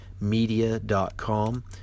media.com